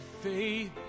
faith